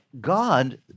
God